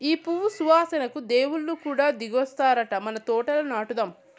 ఈ పువ్వు సువాసనకు దేవుళ్ళు కూడా దిగొత్తారట మన తోటల నాటుదాం